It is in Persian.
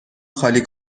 خالی